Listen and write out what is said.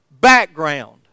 background